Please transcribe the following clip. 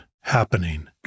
happening